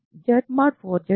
Z mod 4 Z అంటే ఏమిటి